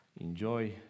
enjoy